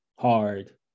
hard